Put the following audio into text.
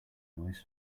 noise